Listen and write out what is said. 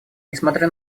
несмотря